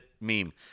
meme